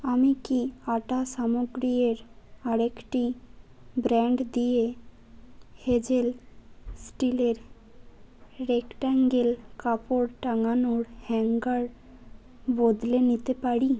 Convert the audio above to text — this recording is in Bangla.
আমি কি আটা সামগ্রীয়ের আরেকটি ব্র্যান্ড দিয়ে হেজেল স্টিলের রেক্ট্যাঙ্গেল কাপড় টাঙানোর হ্যাঙ্গার বদলে নিতে পারি